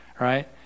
right